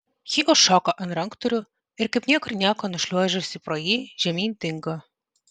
ji užšoko ant ranktūrių ir kaip niekur nieko nušliuožusi pro jį žemyn dingo